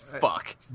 fuck